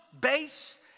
base